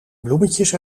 bloemetjes